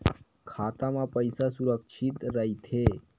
खाता मा पईसा सुरक्षित राइथे?